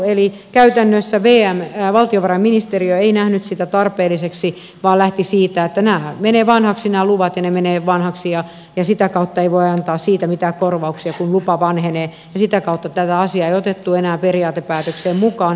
eli käytännössä valtiovarainministeriö ei nähnyt sitä tarpeelliseksi vaan lähti siitä että nämähän menevät vanhaksi nämä luvat ja sitä kautta ei voi antaa siitä mitään korvauksia kun lupa vanhenee ja sitä kautta tätä asiaa ei otettu enää periaatepäätökseen mukaan